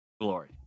glory